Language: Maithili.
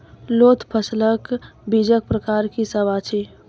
लोत फसलक बीजक प्रकार की सब अछि?